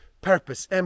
Purpose